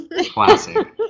Classic